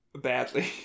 badly